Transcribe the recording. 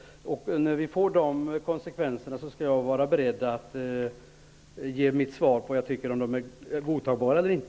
När vi får kunskap om de konsekvenserna skall jag tala om ifall jag tycker att de är godtagbara eller inte.